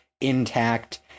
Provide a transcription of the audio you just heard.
intact